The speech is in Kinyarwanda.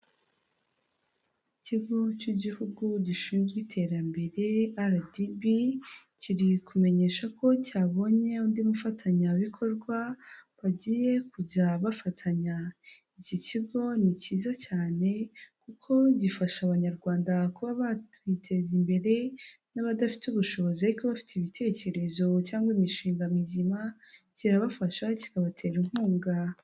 Ikigo cy'igihugu gishinzwe iterambere RDB kiri kumenyesha ko cyabonye undi mufatanyabikorwa bagiye kujya bafatanya. Iki kigo ni cyiza cyane kuko gifasha abanyarwanda kuba bakwiteza imbere n'abadafite ubushobozi ariko bafite ibitekerezo cyangwa imishinga mizima, kirabafasha kikabatera inkunga.